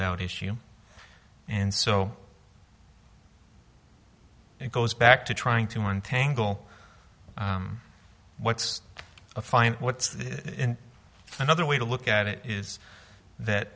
doubt issue and so it goes back to trying to untangle what's a fine what's another way to look at it is that